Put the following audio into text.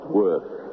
worth